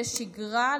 לשגרה,